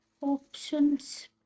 options